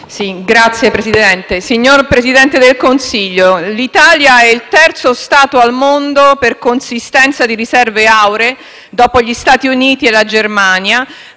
Signor Presidente, signor Presidente del Consiglio, l'Italia è il terzo Stato al mondo per consistenza di riserve auree, dopo gli Stati Uniti e la Germania,